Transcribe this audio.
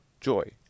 joy